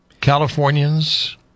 Californians